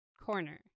corner